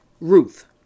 Ruth